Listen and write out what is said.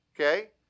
okay